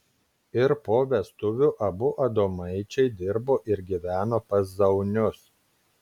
ir po vestuvių abu adomaičiai dirbo ir gyveno pas zaunius